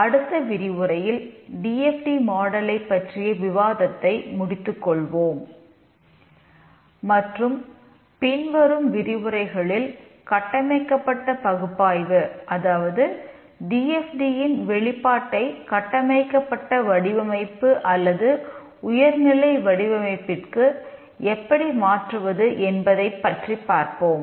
அடுத்த விரிவுரையில் D F D மாடலைப் ன் வெளிப்பாட்டை கட்டமைக்கப்பட்ட வடிவமைப்பு அல்லது உயர்நிலை வடிவமைப்பிற்கு எப்படி மாற்றுவது என்பதைப் பற்றிப் பார்ப்போம்